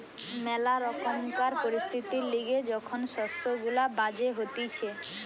ম্যালা রকমকার পরিস্থিতির লিগে যখন শস্য গুলা বাজে হতিছে